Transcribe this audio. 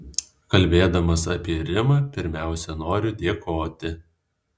kalbėdamas apie rimą pirmiausia noriu dėkoti